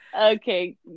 Okay